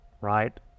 right